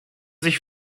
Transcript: sich